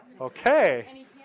Okay